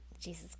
Jesus